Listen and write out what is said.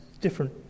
different